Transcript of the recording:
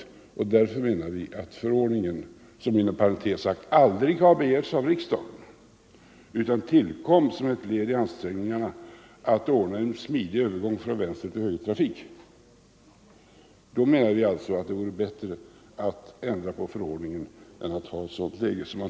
Därför menar vi att det vore bättre att ändra på förordningen, som inom parentes sagt aldrig begärts av riksdagen utan tillkom som ett led i ansträngningarna att ordna smidig övergång från vänstertill högertrafik.